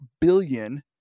billion